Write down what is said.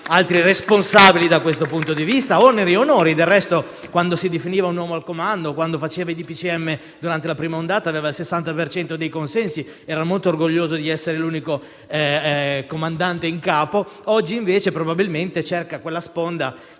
altri responsabili da questo punto di vista. A lui vanno oneri e onori. Del resto, quando si definiva uomo al comando e quando faceva i DPCM durante la prima ondata, aveva il 60 per cento dei consensi ed era molto orgoglioso di essere l'unico comandante in capo. Oggi, invece, probabilmente cerca quella sponda